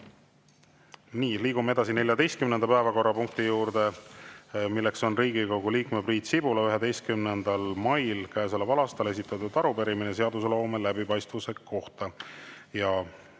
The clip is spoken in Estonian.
Nii, liigume edasi 14. päevakorrapunkti juurde, milleks on Riigikogu liikme Priit Sibula 11. mail käesoleval aastal esitatud arupärimine seadusloome läbipaistvuse kohta.